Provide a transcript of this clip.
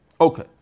Okay